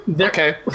Okay